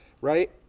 right